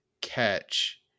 catch